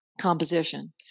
composition